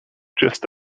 gist